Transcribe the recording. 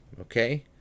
okay